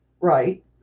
Right